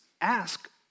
ask